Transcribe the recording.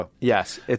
Yes